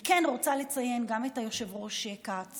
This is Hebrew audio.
אני כן רוצה לציין גם את היושב-ראש כץ